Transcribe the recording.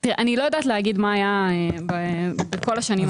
תראה, אני לא יודעת להגיד מה היה בכל השנים אחורה.